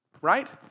right